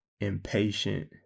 impatient